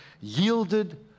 yielded